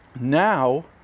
Now